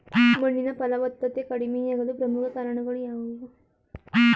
ಮಣ್ಣಿನ ಫಲವತ್ತತೆ ಕಡಿಮೆಯಾಗಲು ಪ್ರಮುಖ ಕಾರಣಗಳು ಯಾವುವು?